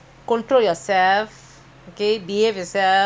is because I know you're twenty years old okay